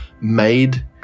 made